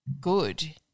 good